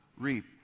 reap